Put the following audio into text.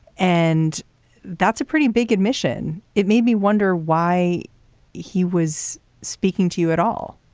and that's a pretty big admission. it made me wonder why he was speaking to you at all.